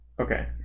Okay